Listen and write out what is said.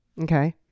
Okay